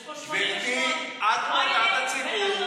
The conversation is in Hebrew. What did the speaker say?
יש פה 88, גברתי, את מטעה את הציבור.